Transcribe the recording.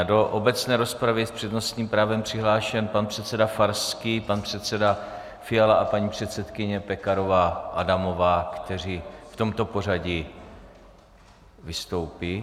A do obecné rozpravy je s přednostním právem přihlášen pan předseda Farský, pan předseda Fiala a paní předsedkyně Pekarová Adamová, kteří v tomto pořadí vystoupí.